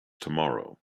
tomorrow